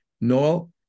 Noel